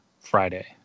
Friday